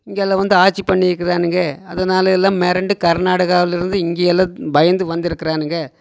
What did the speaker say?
இங்கெல்லாம் வந்து ஆட்சி பண்ணியிருக்குறானுங்க அதனால எல்லாம் மிரண்டு கர்நாடகாவிலருந்து இங்கயெல்லாம் பயந்து வந்திருக்குறானுங்க